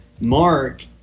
Mark